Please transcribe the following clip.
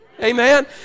Amen